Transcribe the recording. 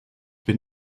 bin